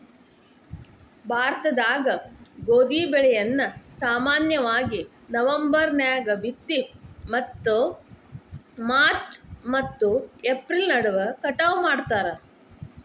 ಭಾರತದಾಗ ಗೋಧಿ ಬೆಳೆಯನ್ನ ಸಾಮಾನ್ಯವಾಗಿ ನವೆಂಬರ್ ನ್ಯಾಗ ಬಿತ್ತಿ ಮತ್ತು ಮಾರ್ಚ್ ಮತ್ತು ಏಪ್ರಿಲ್ ನಡುವ ಕಟಾವ ಮಾಡ್ತಾರ